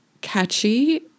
Catchy